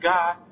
God